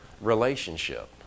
relationship